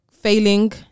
Failing